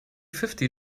fifty